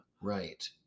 Right